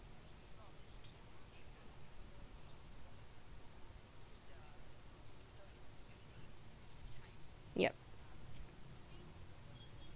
yup